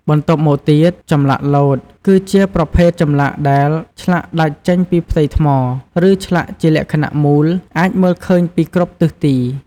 បន្ទាប់់មកទៀត ចម្លាក់លោត គឺជាប្រភេទចម្លាក់ដែល ឆ្លាក់ដាច់ចេញពីផ្ទៃថ្ម ឬឆ្លាក់ជាលក្ខណៈមូល អាចមើលឃើញពីគ្រប់ទិសទី។